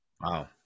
Wow